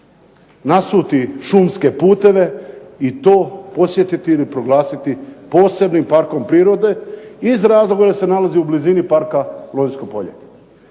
nasuti šumske puteve i to podsjetiti ili proglasiti posebnim parkom prirode iz razloga jer se nalazi u blizini parka Lonjsko polje.